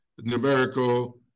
numerical